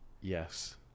Yes